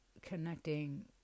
connecting